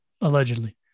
allegedly